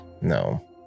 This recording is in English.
no